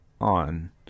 on